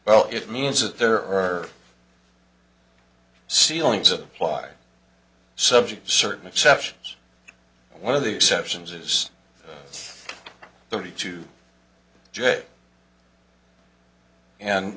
well it means that there are sealing supply subject to certain exceptions one of the exceptions is thirty two j and